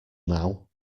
now